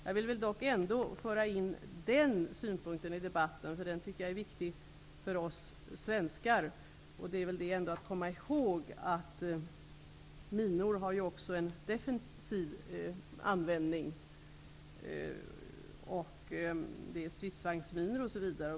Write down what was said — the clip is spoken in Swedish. Jag vill ändå föra in den synpunkten i debatten -- jag tror att den är viktig för oss svenskar -- att vi måste komma ihåg att minor också används defensivt, stridsvagnsminor osv.